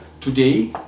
today